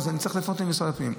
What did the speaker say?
אני צריך לפנות למשרד הפנים.